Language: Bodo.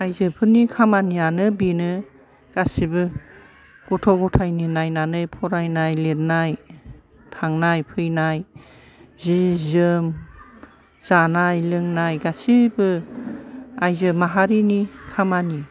आयजोफोरनि खामानियानो बेनो गासैबो गथ' गथायनि नायनानै फरायनाय लिरनाय थांनाय फैनाय जि जोम जानाय लोंनाय गासैबो आयजो माहारिनि खामानि